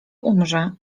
umrze